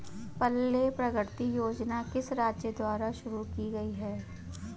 पल्ले प्रगति योजना किस राज्य द्वारा शुरू की गई है?